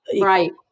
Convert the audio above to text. Right